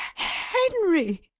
henry!